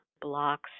blocks